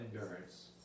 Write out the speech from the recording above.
endurance